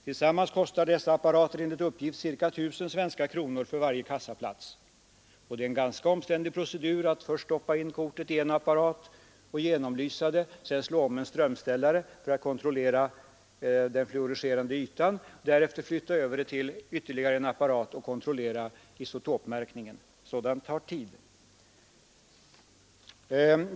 Tillsammans kostar dessa apparater ca 1000 svenska kronor för varje kassaplats. Det är en ganska omständlig procedur att först stoppa in kortet i en apparat och genomlysa det, sedan slå om en strömställare för att kontrollera den fluorescerande ytan och därefter flytta över det till ytterligare en apparat och kontrollera isotopmärkningen. Sådant tar tid.